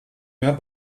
mehr